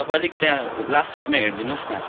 तपाईँ अलिक त्यहाँ लास्ट सिटमा हेरिदिनुहोस् न